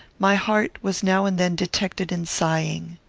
my heart was now and then detected in sighing.